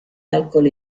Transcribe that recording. alcol